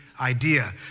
idea